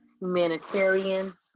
humanitarian